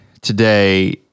today